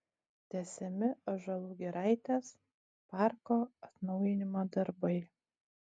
tęsiami ąžuolų giraitės parko atnaujinimo darbai